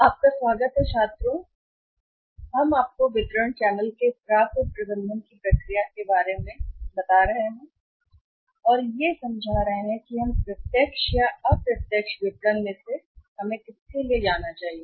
आपका स्वागत है छात्रों को प्राप्य प्रबंधन की प्रक्रिया के बारे में हम बता रहे हैं वितरण चैनल और वितरण चैनल में यह समझने के लिए कि क्या हमें इसके लिए जाना चाहिए प्रत्यक्ष विपणन या हमें अप्रत्यक्ष विपणन के लिए जाना चाहिए